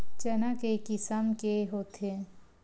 चना के किसम के होथे?